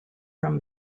from